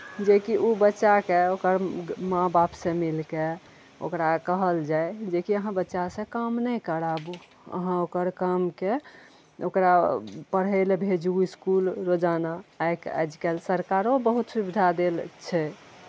जेकि ओ बच्चाके ओकर माँ बाप से मिलके ओकरा कहल जाय जेकि अहाँ बच्चा से काम नहि कराबू अहाँ ओकर कामके ओकरा पढ़ऽ लए भेजू इस्कुल रोजाना आइ आइकाल्हि सरकारो बहुत सुविधा दै छै